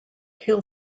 hill